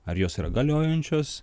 ar jos yra galiojančios